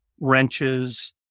wrenches